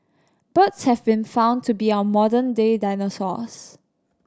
birds have been found to be our modern day dinosaurs